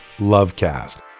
Lovecast